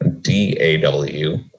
D-A-W